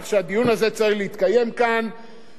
שהדיון הזה לא צריך להתקיים כאן,